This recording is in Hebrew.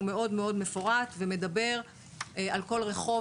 הוא מאוד מאוד מפורט ומדבר על כל רחוב,